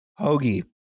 hoagie